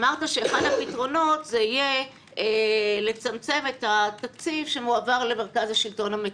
אמרת שאחד הפתרונות יהיה לצמצם את התקציב שמועבר למרכז השלטון המקומי.